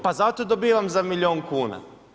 Pa zato dobivam za milijun kuna.